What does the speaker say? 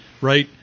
right